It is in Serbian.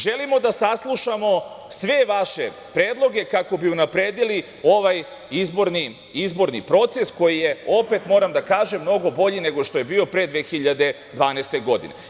Želimo da saslušamo sve vaše predloge kako bi unapredili ovaj izborni proces koji je, opet moram da kažem, mnogo bolji nego što je bio pre 2012. godine.